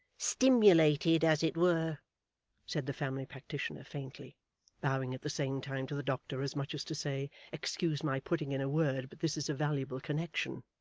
stimulated as it were said the family practitioner faintly bowing at the same time to the doctor, as much as to say, excuse my putting in a word, but this is a valuable connexion